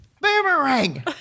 Boomerang